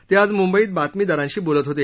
ते आज मुंबईत बातमीदारांशी बोलत होते